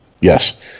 yes